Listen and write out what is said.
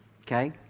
Okay